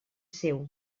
seu